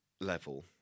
level